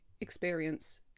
experience